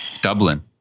Dublin